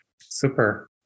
Super